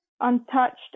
untouched